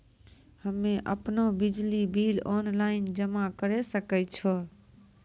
हम्मे आपनौ बिजली बिल ऑनलाइन जमा करै सकै छौ?